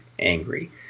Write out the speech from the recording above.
angry